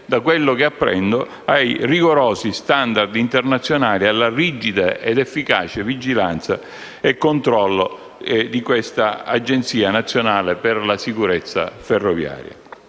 da quello che apprendo, ai rigorosi *standard* internazionali e alla rigida ed efficace vigilanza e controllo dell'Agenzia nazionale per la sicurezza delle